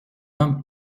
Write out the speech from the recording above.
homme